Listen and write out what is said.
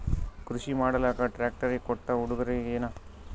ಕೃಷಿ ಮಾಡಲಾಕ ಟ್ರಾಕ್ಟರಿ ಕೊಟ್ಟ ಉಡುಗೊರೆಯೇನ?